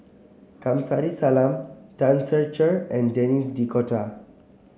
Kamsari Salam Tan Ser Cher and Denis D Cotta